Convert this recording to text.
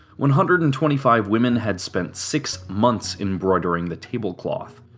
one hundred and twenty five women had spent six months embroidering the tablecloth.